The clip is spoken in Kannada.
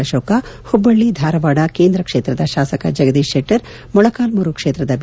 ಅಶೋಕ್ ಹುಬ್ಬಳ್ಳಿ ಧಾರವಾಡ ಕೇಂದ್ರ ಕ್ಷೇತ್ರದ ಶಾಸಕ ಜಗದೀತ್ ಶೆಟ್ಟರ್ ಮೊಳಕಾಲ್ಮೂರು ಕ್ಷೇತ್ರದ ಬಿ